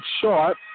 short